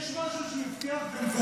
יש משהו שהוא הבטיח והוא קיים?